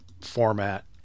Format